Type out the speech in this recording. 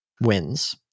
wins